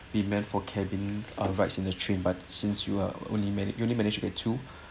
be meant for cabin uh rides in the train but since you are only mana~ you only manage uh two